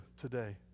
today